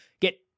get